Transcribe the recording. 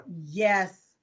Yes